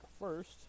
first